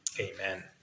Amen